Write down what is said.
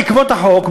בעקבות החוק,